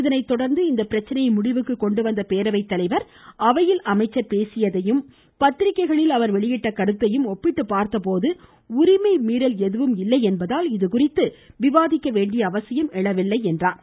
இதனை தொடர்ந்து இப்பிரச்சனையை முடிவுக்கு கொண்டுவந்த பேரவை தலைவர் அவையில் அமைச்சர் பேசியதையும் பத்திரிக்கைகளில் அவர் வெளியிட்ட கருத்தையும் ஒப்பிட்டு பார்த்தபோது இதில் உரிமை மீறல் எதுவும் இல்லை என்பதால் இதுகுறித்து விவாதிக்க வேண்டிய அவசியம் எழவில்லை என்றார்